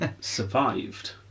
survived